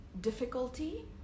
difficulty